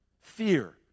Fear